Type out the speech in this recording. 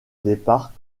départ